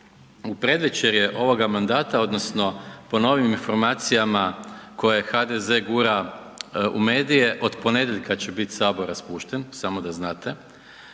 u predvečerje ovoga mandata odnosno po novim informacijama koje HDZ gura u medije, od ponedjeljka će biti Sabor raspušten, samo da znate.